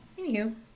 anywho